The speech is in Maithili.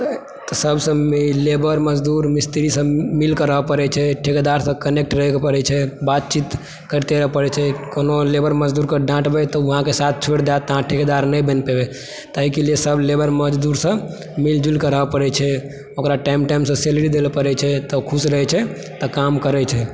तऽ सभसँ लेबर मजदूर मिस्त्रीसभ मिलके रहय पड़ैत छै ठेकेदारसँ कनेक्ट रहयके पड़ैत छै बातचीत करिते रहय पड़ैत छै कोनो लेबर मजदूरके डाँटबय तऽ ओ अहाँकेँ साथ छोड़ि देब तऽ अहाँ ठेकेदार नहि बनि पबय एहिके लिए सभ लेबर मजदूरसभ मिल जुलके रहय पड़ैत छै ओकरा टाइम टाइमसँ सेलरी दयलऽ पड़ैत छै तब खुश रहैत छै तब काम करैत छै